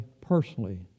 personally